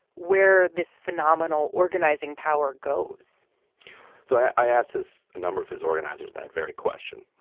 where this phenomenal organizing power goes so i asked his number of his organizers that very question.